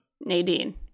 Nadine